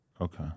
Okay